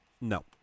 No